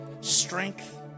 strength